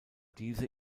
diese